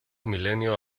milenio